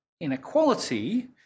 inequality